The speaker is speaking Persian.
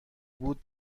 بود